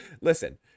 listen